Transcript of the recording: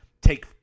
Take